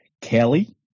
Kelly